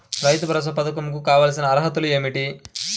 రైతు భరోసా పధకం కు కావాల్సిన అర్హతలు ఏమిటి?